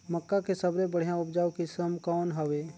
मक्का के सबले बढ़िया उपजाऊ किसम कौन हवय?